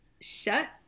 shut